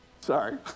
sorry